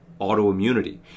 autoimmunity